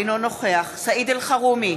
אינו נוכח סעיד אלחרומי,